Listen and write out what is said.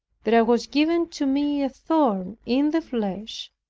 there was given to me a thorn in the flesh,